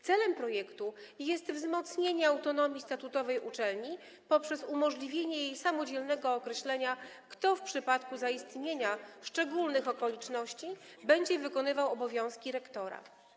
Celem projektu jest wzmocnienie autonomii statutowej uczelni poprzez umożliwienie jej samodzielnego określenia, kto w przypadku zaistnienia szczególnych okoliczności będzie wykonywał obowiązki rektora.